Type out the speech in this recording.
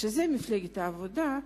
שזה מפלגת העבודה,